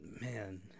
man